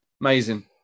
Amazing